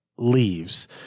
leaves